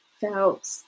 felt